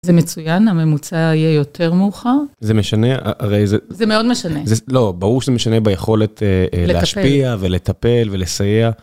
זה מצוין, הממוצע יהיה יותר מאוחר. זה משנה, הרי זה... זה מאוד משנה. לא, ברור שזה משנה ביכולת להשפיע ולטפל ולסייע.